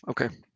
Okay